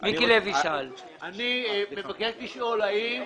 אני מבקש לשאול האם